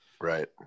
Right